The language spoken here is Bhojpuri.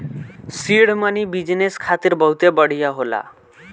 सीड मनी बिजनेस खातिर बहुते बढ़िया होला